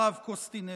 הרב קוסטינר.